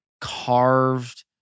carved